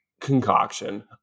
concoction